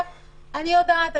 אני יודעת,